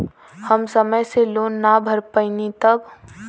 हम समय से लोन ना भर पईनी तब?